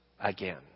again